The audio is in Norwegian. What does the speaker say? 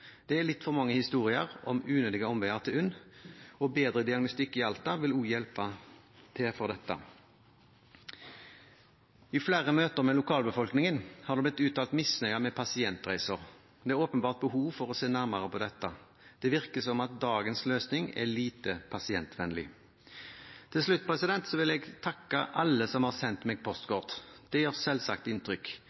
Det er litt for mange historier om unødige omveier til UNN, og bedre diagnostikk i Alta vil også hjelpe her. I flere møter med lokalbefolkningen har det blitt uttalt misnøye med pasientreiser. Det er åpenbart behov for å se nærmere på dette. Det virker som at dagens løsning er lite pasientvennlig. Til slutt vil jeg takke alle som har sendt meg postkort. Det gjør selvsagt inntrykk.